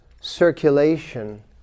circulation